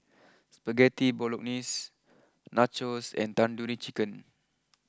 Spaghetti Bolognese Nachos and Tandoori Chicken